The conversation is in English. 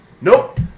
Nope